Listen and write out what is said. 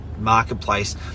marketplace